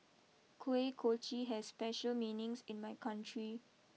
Kuih Kochi has special meanings in my country